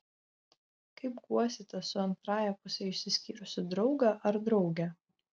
kaip guosite su antrąja puse išsiskyrusį draugą ar draugę